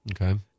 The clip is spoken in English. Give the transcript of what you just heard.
Okay